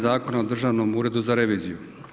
Zakona o državnom uredu za reviziju.